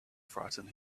frighten